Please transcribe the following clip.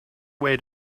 wait